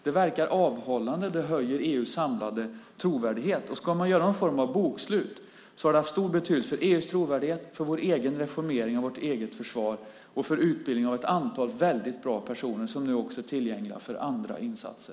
De verkar avhållande. De höjer EU:s samlade trovärdighet. Om man ska göra någon form av bokslut har det haft stor betydelse för EU:s trovärdighet, för vår reformering av vårt eget försvar och för utbildningen av ett antal väldigt bra personer som nu också är tillgängliga för andra insatser.